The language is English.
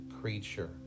creature